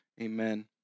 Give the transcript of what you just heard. Amen